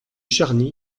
charny